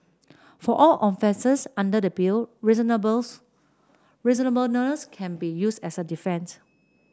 for all offences under the Bill reasonable's reasonableness can be used as a defend